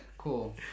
cool